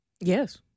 Yes